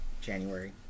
January